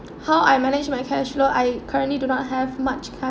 how I manage my cash flow I currently do not have much ca~